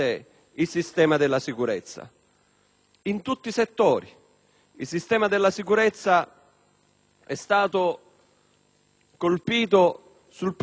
in tutti i settori. Il sistema della sicurezza è stato colpito sul piano delle risorse finanziarie